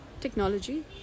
technology